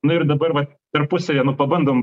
nu ir dabar vat tarpusavyje nu pabandom